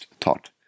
thought